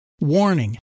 warning